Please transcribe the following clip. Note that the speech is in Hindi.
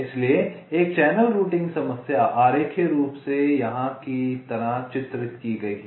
इसलिए एक चैनल रूटिंग समस्या आरेखीय रूप से यहाँ की तरह चित्रित की गई है